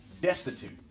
destitute